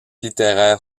littéraire